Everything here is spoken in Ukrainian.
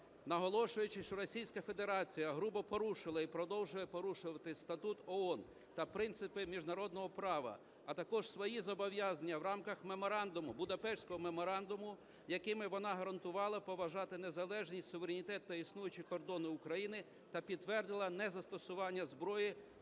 наголошуючи, що Російська Федерація грубо порушила і продовжує порушувати Статут ООН та принципи міжнародного права, а також свої зобов'язання в рамках меморандуму, Будапештського меморандуму, якими вона гарантувала поважати незалежність, суверенітет та існуючі кордони України, та підтвердила незастосування зброї